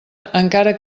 encara